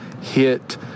hit